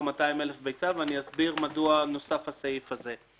ואני אסביר מדוע נוסף הסעיף הזה.